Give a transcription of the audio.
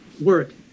work